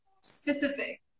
specific